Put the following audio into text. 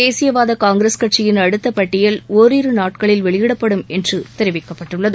தேசியவாத காங்கிரஸ் கட்சியின் அடுத்த பட்டியல் ஓரிரு நாளில் வெளியிடப்படும் என்று தெரிவிக்கப்பட்டுள்ளது